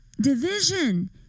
Division